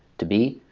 to be.